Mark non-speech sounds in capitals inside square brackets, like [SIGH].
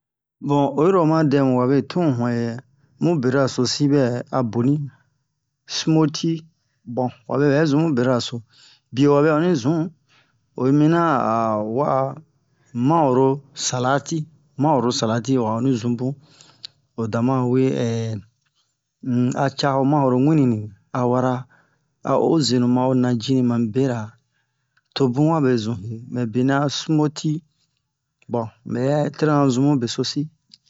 bon oyi ro oma dɛ mu wabe tun he yɛ mu bera so si bɛ a boni smoti bon wabe bɛ sumu bera so bio wabe onni zun oyi mi na a wa'a ma'oro salati ma'oro salati wa onni zun bun o dama we [HESITATION] um a ca'o ma'oro wini ni a wara a o ho zenu ma'o najini ma mu bera to bun wabe zun he mɛ benɛ a smoti bon me yɛ terena zun bun besosi